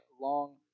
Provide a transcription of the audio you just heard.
long